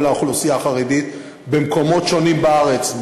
לאוכלוסייה החרדית במקומות שונים בארץ,